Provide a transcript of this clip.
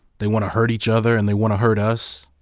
they want to hurt each other and they want to hurt us.